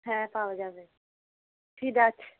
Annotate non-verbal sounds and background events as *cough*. হ্যাঁ পাওয়া যাবে *unintelligible* আছে